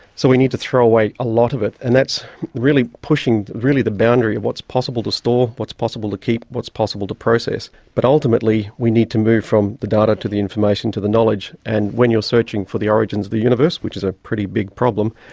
so we need to throw away a lot of it, and that's really pushing the boundary of what's possible to store, what's possible to keep, what's possible to process. but ultimately we need to move from the data to the information to the knowledge, and when you are searching for the origins of the universe, which is a pretty big problem,